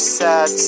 sad